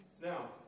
Now